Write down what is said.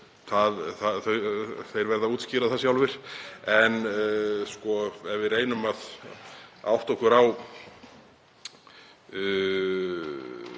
þeir verða að útskýra það sjálfir. En ef við reynum að átta okkur á